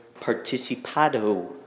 Participado